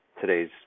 today's